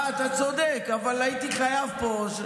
אה, אתה צודק, אבל הייתי חייב פה.